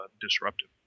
disruptive